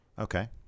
Okay